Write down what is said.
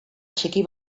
txiki